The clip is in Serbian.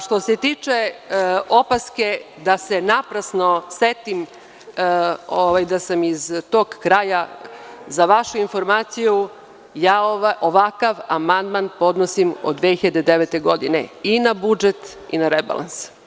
Što se tiče opaske da se naprasno setim da sam iz tog kraja, za vašu informaciju, ja ovakav amandman podnosim od 2009. godine i na budžet i na rebalans.